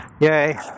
Yay